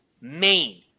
Maine